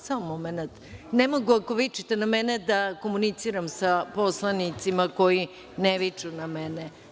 Samo momenat ne mogu ako vičete da mene da komuniciram sa poslanicima koji ne viču na mene.